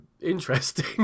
interesting